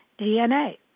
DNA